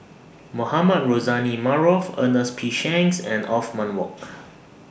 Mohamed Rozani Maarof Ernest P Shanks and Othman Wok